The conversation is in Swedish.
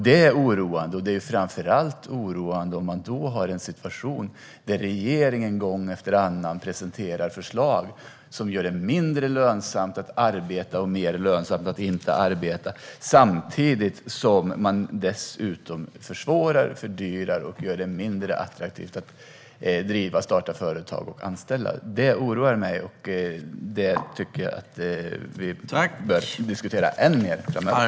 Det är oroande, framför allt om man då har en situation där regeringen gång efter annan presenterar förslag som gör det mindre lönsamt att arbeta och mer lönsamt att inte arbeta, samtidigt som man dessutom försvårar, fördyrar och gör det mindre attraktivt att driva och starta företag och anställa. Det oroar mig, och det tycker jag att vi bör diskutera än mer framöver.